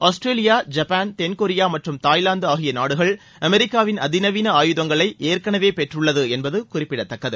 Australia Japan தென்கொரியா மற்றும் Thailand ஆகிய நாடுகள் அமெரிக்காவின் அதிநவீன ஆயுதங்களை ஏற்கனவே பெற்றுள்ளது என்பது குறிப்பிடத்தக்கது